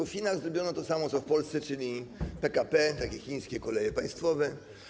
W Chinach zrobiono to samo, co w Polsce, czyli PKP, takie chińskie koleje państwowe.